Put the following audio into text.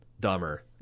dumber